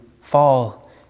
fall